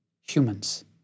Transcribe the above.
humans